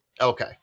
Okay